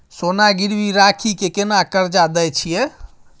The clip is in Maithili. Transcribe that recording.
सोना गिरवी रखि के केना कर्जा दै छियै?